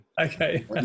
Okay